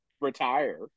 retire